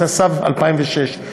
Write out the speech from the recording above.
התשע"ב 2011,